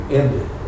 ended